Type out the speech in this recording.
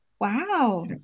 Wow